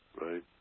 right